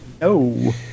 No